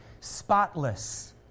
spotless